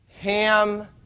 Ham